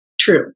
True